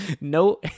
No